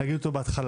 נגיד אותו בהתחלה,